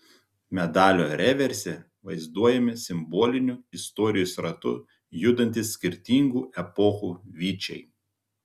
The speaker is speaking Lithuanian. medalio reverse vaizduojami simboliniu istorijos ratu judantys skirtingų epochų vyčiai